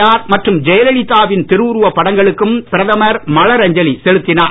R மற்றும் ஜெயலலிதாவின் திருஉருவ படங்களுக்கும் பிரதமர் மலர் அஞ்சலி செலுத்தினார்